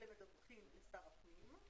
אלה מדווחים לשר הפנים.